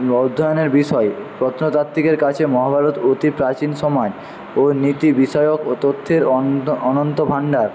অধ্যয়নের বিষয় প্রত্নতাত্ত্বিকের কাছে মহাভারত অতি প্রাচীন সময় ও নীতিবিষয়ক তথ্যের অনন্ত ভাণ্ডার